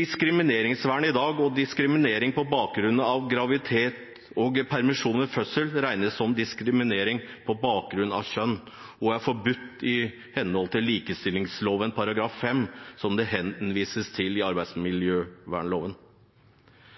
diskrimineringsvern i dag. Diskriminering på bakgrunn av graviditet og permisjon ved fødsel regnes som diskriminering på bakgrunn av kjønn og er forbudt i henhold til likestillingsloven § 5, som det henvises til i